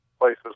places